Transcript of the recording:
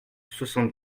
soixante